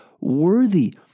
worthy